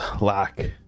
lack